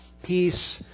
Peace